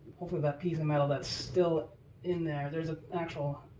hopefully that piece of metal that's still in there there's a actual,